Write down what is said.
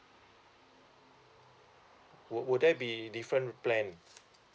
will will there be different plan